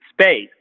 space